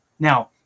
Now